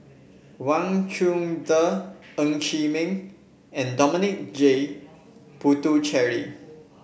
Wang Chunde Ng Chee Meng and Dominic J Puthucheary